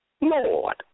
Lord